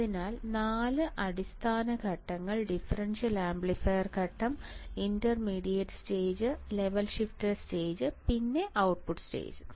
അതിനാൽ 4 അടിസ്ഥാന ഘട്ടങ്ങൾ ഡിഫറൻഷ്യൽ ആംപ്ലിഫയർ ഘട്ടം intermediate stage level shifter stage പിന്നെ ഔട്ട്പുട്ട് സ്റ്റേജ്